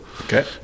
Okay